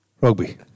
Rugby